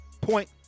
point